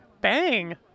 Bang